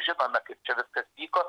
žinome kaip čia viskas vyko